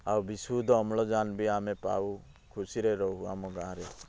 ଆଉ ବିଶୁଦ୍ଧ ଅମ୍ଳଜାନ ବି ଆମେ ପାଉ ଖୁସି ରେ ରହୁ ଆମ ଗାଁ ରେ